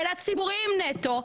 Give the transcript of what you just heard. אלא ציבוריים נטו,